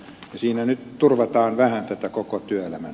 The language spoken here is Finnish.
siinä nyt turvataan vähän tätä koko työn